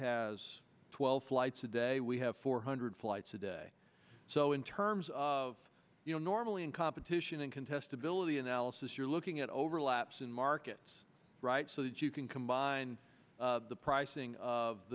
has twelve flights a day we have four hundred flights a day so in terms of you know normally in competition and contestability analysis you're looking at overlaps in markets right so that you can combine the pricing of